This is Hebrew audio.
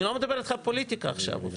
אני לא מדבר פוליטיקה עכשיו.